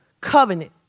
Covenant